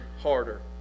harder